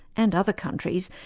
and other countries,